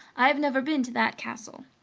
i have never been to that castle.